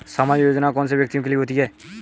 सामाजिक योजना कौन से व्यक्तियों के लिए होती है?